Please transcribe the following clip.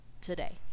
today